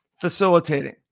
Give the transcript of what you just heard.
facilitating